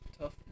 tough